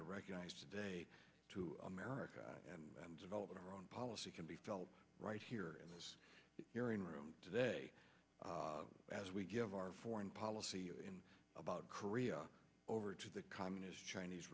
to recognize today to america and developing our own policy can be felt right here in this hearing room today as we give our foreign policy about korea over to the communist chinese